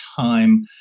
time